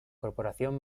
corporación